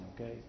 okay